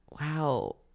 Wow